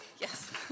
yes